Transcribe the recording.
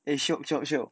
eh shiok shiok shiok